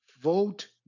Vote